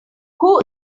who